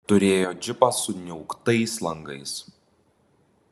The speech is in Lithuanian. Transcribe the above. turėjo džipą su niauktais langais